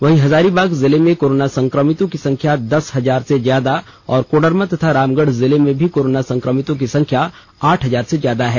वहीं हजारीबाग जिले में कोरोना संक्रमितों की संख्या दस हजार से ज्यादा और कोडरमा तथा रामगढ जिले में भी कोरोना संक्रमितों की संख्या आठ हजार से ज्यादा है